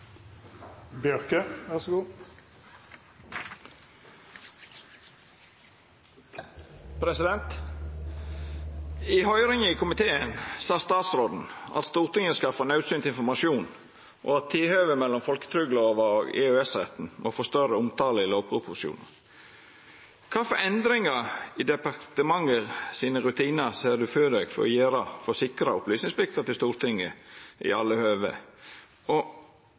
I høyringa i komiteen sa statsråden at Stortinget skal få naudsynt informasjon, og at tilhøvet mellom folketrygdlova og EØS-retten må få større omtale i lovproposisjonen. Kva for endringar i departementets rutinar ser statsråden for seg for å sikra opplysningsplikta til Stortinget i alle høve? Og